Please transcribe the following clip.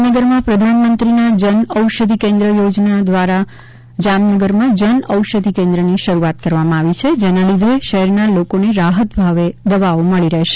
જામનગરમાં પ્રધાનમંત્રીના જનઔષધિ કેન્દ્ર યોજના અંતર્ગત જામનગરમાં જન ઔષધિ કેન્દ્રની શરૂઆત કરવામાં આવી છે જેના લીધે શહેરના લોકોને રાહતભાવે દવાઓ મળી રહેશે